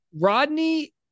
Rodney